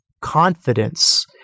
confidence